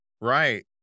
Right